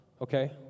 Okay